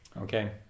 Okay